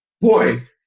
Boy